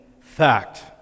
fact